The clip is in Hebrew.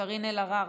קארין אלהרר,